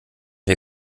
wir